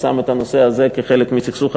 ששם את הנושא הזה כחלק מסכסוך העבודה.